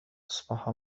أصبح